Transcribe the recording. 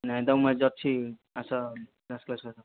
ନାଇଁ ତ ମୁଁ ଆଜି ଅଛି ଆସ ଡ୍ୟାନ୍ସ କ୍ଳାସ୍କୁ ଆସ